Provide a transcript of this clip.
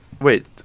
wait